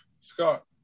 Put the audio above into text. Scott